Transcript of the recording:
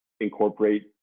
incorporate